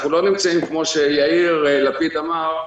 אנחנו לא נמצאים, כפי שיאיר לפיד אמר,